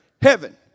Heaven